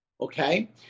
Okay